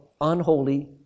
unholy